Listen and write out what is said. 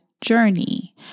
journey